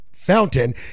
fountain